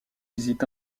visitent